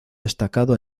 destacado